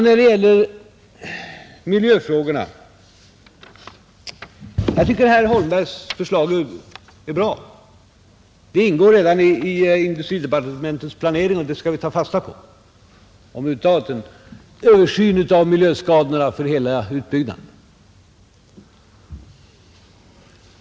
När det gäller miljöfrågorna — och det är det andra jag vill säga — tycker jag att herr Holmbergs förslag är bra. Det ingår redan i industridepartementets planering, och det skall vi ta fasta på — alltså en översyn av miljöskadorna över huvud taget för hela utbyggnaden.